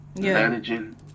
managing